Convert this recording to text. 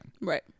Right